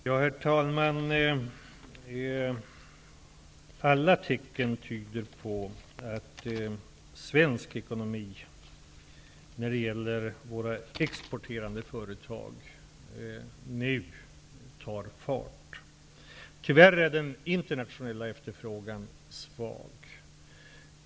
Herr talman! Alla tecken tyder på att svensk ekonomi när det gäller våra exporterande företag nu tar fart. Tyvärr är den internationella efterfrågan svag.